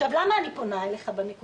למה אני פונה אליך בעניין הזה?